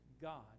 God